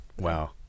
Wow